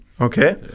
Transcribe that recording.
Okay